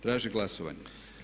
Tražim glasovanje.